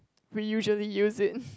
we usually use it